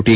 T